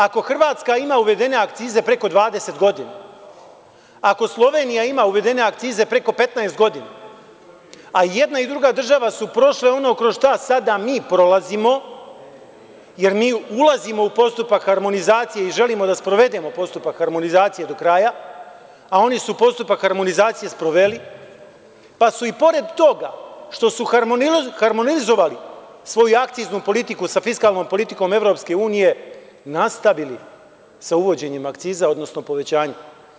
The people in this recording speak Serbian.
Ako Hrvatska ima uvedene akcize preko 20 godina, ako Slovenija ima uvedene akcize preko 15 godina, a i jedna i druga država su prošle ono kroz šta sada mi prolazimo, jer mi ulazimo u postupak harmonizacije i želimo da sprovedemo postupak harmonizacije do kraja, a oni su postupak harmonizacije sproveli, pa su i pored toga što su harmonizovali svoju akciznu politiku sa fiskalnom politikom EU nastavili sa uvođenjem akciza, odnosno povećanja.